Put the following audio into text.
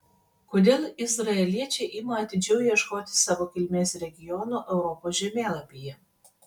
kodėl izraeliečiai ima atidžiau ieškoti savo kilmės regionų europos žemėlapyje